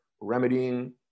remedying